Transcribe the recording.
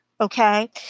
Okay